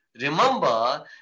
Remember